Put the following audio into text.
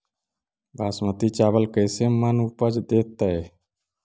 बासमती चावल कैसे मन उपज देतै?